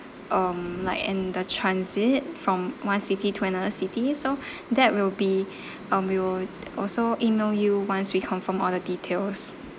um like and the transit from one city to another city so that will be um we will also email you once we confirm all the details